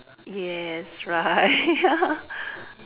yes right